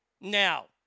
Now